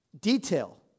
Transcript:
detail